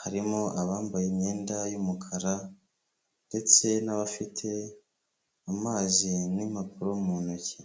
harimo abambaye imyenda y'umukara ndetse n'abafite amazi n'impapuro mu ntoki.